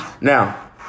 Now